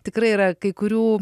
tikrai yra kai kurių